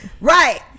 right